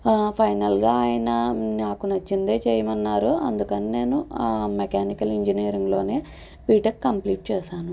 ఫైనల్గా ఆయన నాకు నచ్చిందే చేయమన్నారు అందుకని నేను ఆ మెకానికల్ ఇంజనీరింగ్లోనే బీటెక్ కంప్లీట్ చేశాను